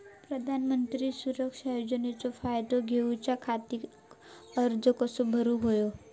प्रधानमंत्री सुरक्षा योजनेचो फायदो घेऊच्या खाती अर्ज कसो भरुक होयो?